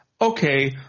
okay